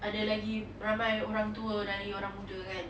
ada lagi ramai orang tua dari orang muda kan